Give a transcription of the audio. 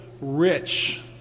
rich